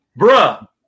Bruh